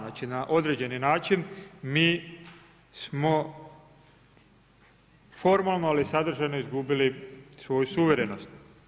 Znači na određeni način mi smo formalno, ali sadržajno izgubili svoju suverenost.